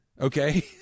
Okay